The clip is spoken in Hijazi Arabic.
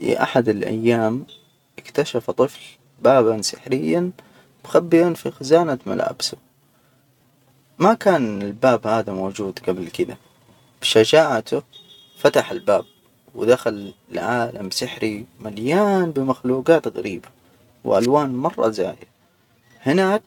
في أحد الأيام، ا كتشف طفل بابا سحريا مخبيا في خزانة ملابسه. ما كان الباب هذا موجود جبل كدا، بشجاعته، فتح الباب ودخل لعالم سحري مليان بمخلوقات غريبة، وألوان مرة زاهية، هناك